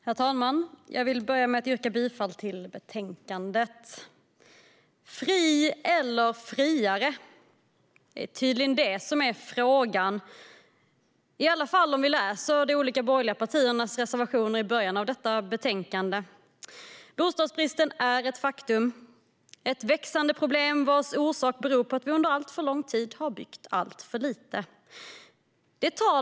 Herr talman! Jag vill börja med att yrka bifall till förslaget i betänkandet. Fri eller friare - det är tydligen det som är frågan, i alla fall om vi läser de borgerliga partiernas reservationer i början av detta betänkande. Bostadsbristen är ett faktum. Den är ett växande problem, vars orsak är att vi under alltför lång tid har byggt alltför lite.